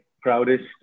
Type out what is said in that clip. proudest